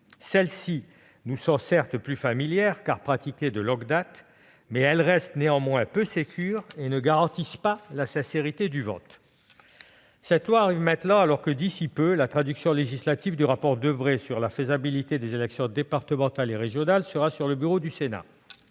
Celles-ci nous sont certes plus familières, car pratiquées de longue date, mais elles restent néanmoins peu sûres et ne garantissent pas la sincérité du vote. Ce projet de loi nous est soumis alors que, d'ici peu, la traduction législative du rapport Debré sur la faisabilité des élections départementales et régionales sera sur le bureau du Sénat.